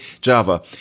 Java